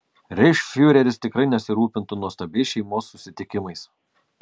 reichsfiureris tikrai nesirūpintų nuostabiais šeimos susitikimais